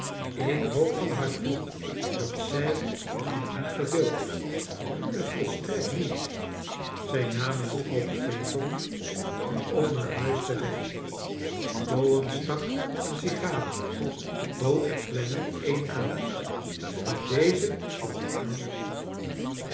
ik hoop van harte dat zij u niet verveeld heeft volstrekt niet zij namen een open phaeton om naar huis te rijden gowan stak een sigaar op bood er clennam een aan maar deze sloeg het aanbod af